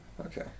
Okay